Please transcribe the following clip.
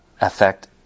affect